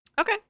Okay